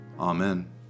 Amen